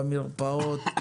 במרפאות,